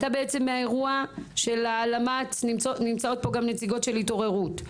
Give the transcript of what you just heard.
נמצאות פה גם נציגות של "התעוררות".